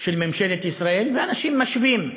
של ממשלת ישראל, ואנשים משווים: